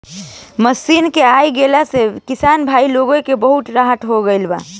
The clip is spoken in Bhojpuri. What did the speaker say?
मशीन के आ गईला से किसान भाई लोग के त बहुत राहत हो गईल बा